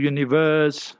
Universe